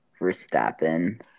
Verstappen